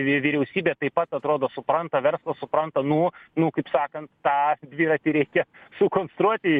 vy vyriausybė taip pat atrodo supranta verslas supranta nu nu kaip sakant tą dviratį reikia sukonstruoti